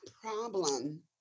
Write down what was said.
problem